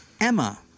Emma